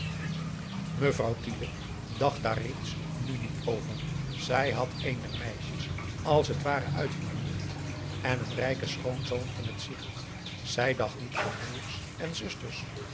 mevrouw tiele dacht daar reeds nu niet over zij had een der meisjes als het ware uitgehuwelijkt en een rijken schoonzoon in t zicht zij dacht niet aan broers en zusters